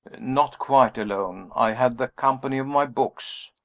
not quite alone. i have the company of my books.